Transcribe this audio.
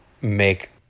make